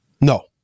No